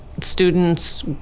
students